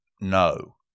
no